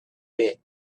bit